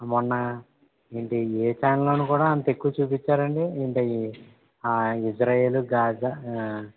మొన్నా ఏంటి ఏ ఛానెల్లోనూ కూడా అంత ఎక్కువ చూపిచ్చారా అండి ఇంత ఆ ఇశ్రాయేలు గాజా